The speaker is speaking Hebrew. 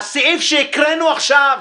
הסעיף שהקראנו עכשיו.